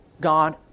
God